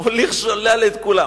את כולם,